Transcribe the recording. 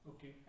Okay